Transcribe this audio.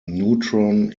neutron